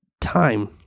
time